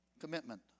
Commitment